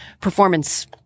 performance